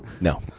No